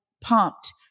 pumped